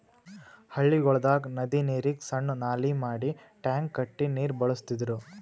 ಹಳ್ಳಿಗೊಳ್ದಾಗ್ ನದಿ ನೀರಿಗ್ ಸಣ್ಣು ನಾಲಿ ಮಾಡಿ ಟ್ಯಾಂಕ್ ಕಟ್ಟಿ ನೀರ್ ಬಳಸ್ತಿದ್ರು